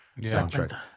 soundtrack